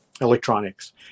electronics